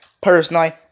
Personally